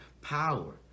power